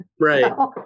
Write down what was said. Right